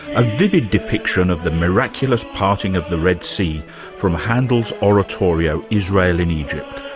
a vivid depiction of the miraculous parting of the red sea from handel's oratorio israel in egypt,